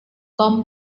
tom